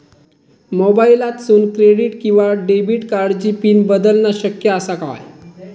मोबाईलातसून क्रेडिट किवा डेबिट कार्डची पिन बदलना शक्य आसा काय?